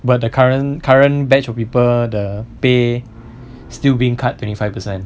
but the current current batch of people the pay still being cut twenty five per cent